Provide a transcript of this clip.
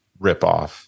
ripoff